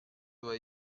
doit